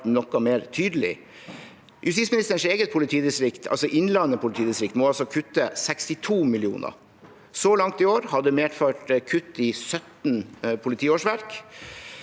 noe mer tydelig. Justisministerens eget politidistrikt, altså Innlandet politidistrikt, må kutte 62 mill. kr. Så langt i år har det medført kutt i 17 politiårsverk.